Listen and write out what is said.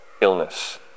illness